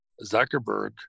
Zuckerberg